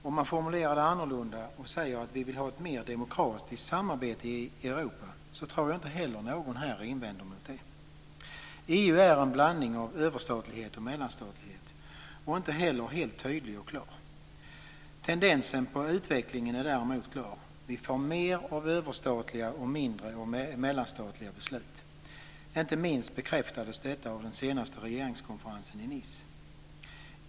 Om man formulerar det annorlunda och säger att vi vill ha ett mer demokratiskt samarbete i Europa tror jag inte heller att någon här invänder mot det. EU är en blandning av överstatlighet och mellanstatlighet och inte heller helt tydlig och klar. Tendensen i utvecklingen är däremot klar. Vi får mer av överstatliga och mindre av mellanstatliga beslut. Inte minst bekräftades detta av den senaste regeringskonferensen i Nice.